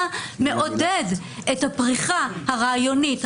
אתה מעודד את הפריחה הרעיונית,